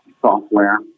software